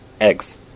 eggs